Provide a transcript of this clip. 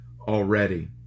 already